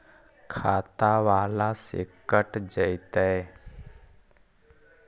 खाता बाला से कट जयतैय?